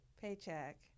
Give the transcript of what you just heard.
paycheck